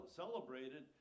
celebrated